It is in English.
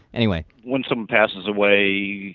anyway, when someone passes away,